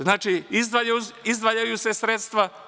Znači, izdvajaju se sredstva.